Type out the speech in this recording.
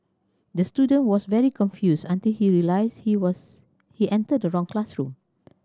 the student was very confused until he realised he was he entered the wrong classroom